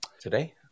today